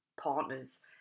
partners